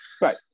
right